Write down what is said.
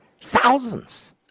Thousands